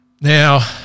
Now